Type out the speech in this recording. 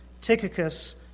Tychicus